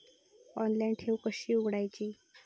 Online ठेव कशी उघडायची?